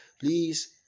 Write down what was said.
Please